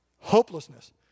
Hopelessness